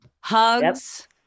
hugs